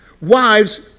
wives